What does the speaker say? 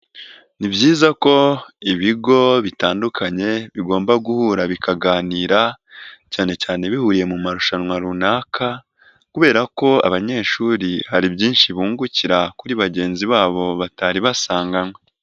Ni byiza ko ibigo bitandukanye bigomba guhura bikaganira cyane cyane bihuriye mu marushanwa runaka, kubera ko abanyeshuri hari byinshi bungukira kuri bagenzi babo batari basanganywe.